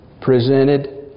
presented